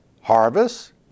harvest